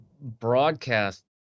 broadcast